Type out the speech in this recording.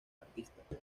artista